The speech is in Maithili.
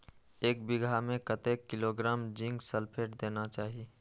एक बिघा में कतेक किलोग्राम जिंक सल्फेट देना चाही?